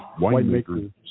winemaker